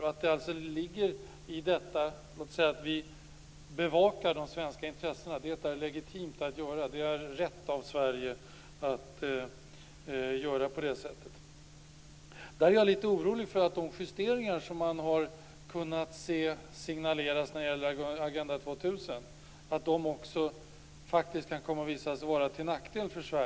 Det är rätt av Sverige att bevaka de svenska intressena på det sättet. Men jag är litet orolig för att de justeringar som har signalerats när det gäller Agenda 2000 kan visa sig vara till nackdel för Sverige.